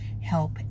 help